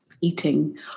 eating